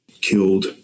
killed